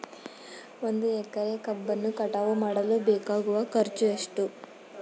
ಒಂದು ಎಕರೆ ಕಬ್ಬನ್ನು ಕಟಾವು ಮಾಡಲು ಬೇಕಾಗುವ ಖರ್ಚು ಎಷ್ಟು?